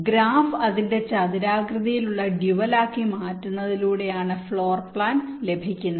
graph അതിന്റെ ചതുരാകൃതിയിലുള്ള ഡ്യുവലാക്കി മാറ്റുന്നതിലൂടെയാണ് ഫ്ലോർ പ്ലാൻ ലഭിക്കുന്നത്